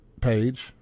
page